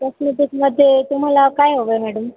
कॉस्मेटिक्समध्ये तुम्हाला काय हवं आहे मॅडम